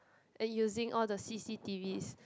and using all the c_c_t_vs